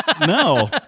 No